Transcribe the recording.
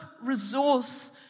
resource